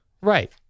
Right